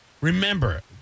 remember